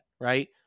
right